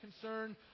concern